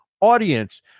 audience